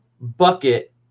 bucket